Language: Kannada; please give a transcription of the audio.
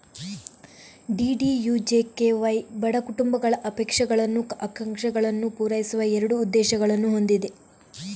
ಡಿ.ಡಿ.ಯು.ಜೆ.ಕೆ.ವೈ ಬಡ ಕುಟುಂಬಗಳ ಅಪೇಕ್ಷಗಳನ್ನು, ಆಕಾಂಕ್ಷೆಗಳನ್ನು ಪೂರೈಸುವ ಎರಡು ಉದ್ದೇಶಗಳನ್ನು ಹೊಂದಿದೆ